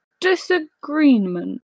disagreement